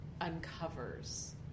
uncovers